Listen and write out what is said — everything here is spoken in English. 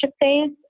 phase